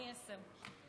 אני עשר.